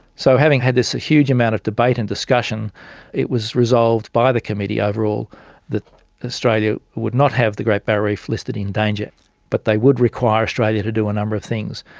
so having had this huge amount of debate and discussion it was resolved by the committee overall that australia would not have the great barrier reef listed in danger but they would require australia to do a number of things,